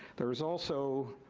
there's also